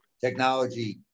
technology